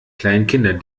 kleinkinder